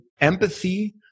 empathy